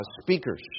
speakers